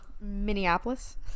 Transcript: Minneapolis